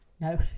No